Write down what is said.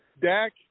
Dak